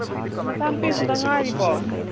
ꯅꯆꯥꯅꯨꯄꯤ ꯑꯝꯈꯛꯇꯪ ꯉꯥꯏꯔꯤꯕꯣ